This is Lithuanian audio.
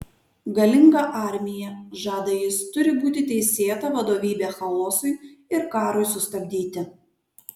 galinga armija žada jis turi būti teisėta vadovybė chaosui ir karui sustabdyti